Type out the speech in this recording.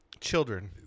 Children